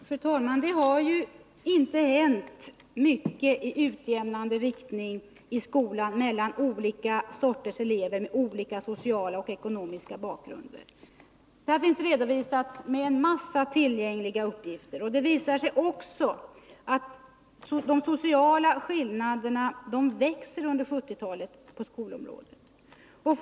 Fru talman! Det har ju inte hänt mycket i skolan när det gäller utjämning mellan elever med olika social och ekonomisk bakgrund. Det finns en mängd uppgifter tillgängliga om förhållandena i det avseendet. Det visar sig att de Nr 46 sociala skillnaderna under 1970-talet i stället växt på skolområdet.